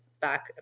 back